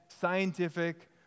scientific